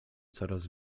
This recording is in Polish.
coraz